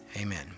amen